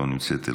לא נמצאת,